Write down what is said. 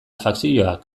fakzioak